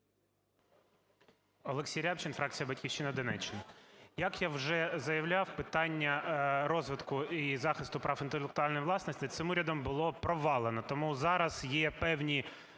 Олексій Рябчин, фракція "Батьківщина", Донеччина. Як я вже заявляв, питання розвитку і захисту прав інтелектуальної власності цим урядом було провалено, тому зараз є певні